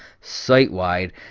site-wide